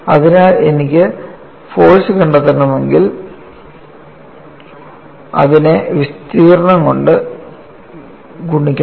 അതിനാൽ എനിക്ക് ഫോഴ്സ് കണ്ടെത്തണമെങ്കിൽ അതിനെ വിസ്തീർണ്ണം കൊണ്ട് ഗുണിക്കണം